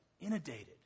inundated